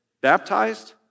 baptized